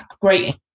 great